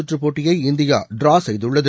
சுற்றுப் போட்டியை India draw செய்துள்ளது